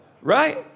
Right